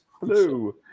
Hello